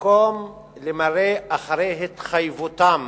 במקום למלא אחרי התחייבותם